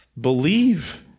Believe